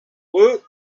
woot